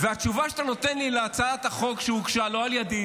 והתשובה שאתה נותן לי להצעת החוק שהוגשה לא על ידי,